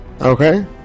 Okay